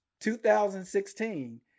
2016